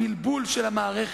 הבלבול של המערכת,